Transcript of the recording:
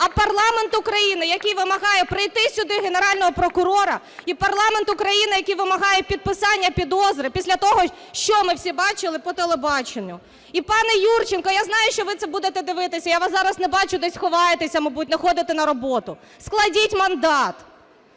а парламент України, який вимагає прийти сюди Генеральному прокурору і парламент України, який вимагає підписання підозри після того, що ми всі бачили по телебаченню. І пане Юрченко, я знаю, що ви це будете дивитися, я вас зараз не бачу, десь ховаєтеся, мабуть, не ходите на роботу. Складіть мандат!